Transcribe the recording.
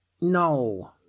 no